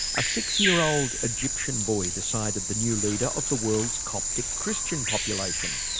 a six-year-old egyptian boy decided the new leader of the world's coptic christian population.